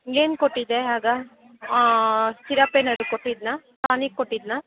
ಏನು ಕೊಟ್ಟಿದ್ದೆ ಆಗ ಸಿರಪ್ ಏನಾದರೂ ಕೊಟ್ಟಿದ್ನಾ ಟಾನಿಕ್ ಕೊಟ್ಟಿದ್ನಾ